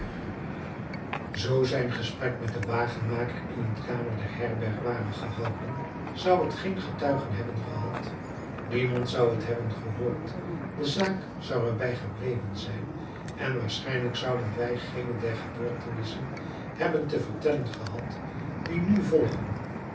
zoo zijn gesprek met den wagenmaker in een kamer der herberg ware gehouden zou het geen getuigen hebben gehad niemand zou het hebben gehoord de zaak zou er bij gebleven zijn en waarschijnlijk zouden wij geene der gebeurtenissen hebben te vertellen gehad die nu volgen